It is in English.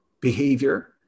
behavior